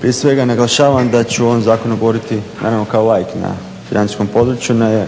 Prije svega naglašavam da ću u ovom zakonu govoriti naravno kao laik na financijskom području, ne